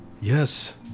Yes